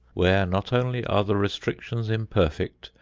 where not only are the restrictions imperfect,